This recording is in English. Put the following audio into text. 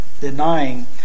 denying